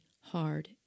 hard